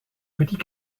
petit